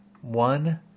One